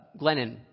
Glennon